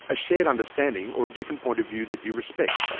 a shared understanding or a different point of view that you respect,